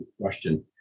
Question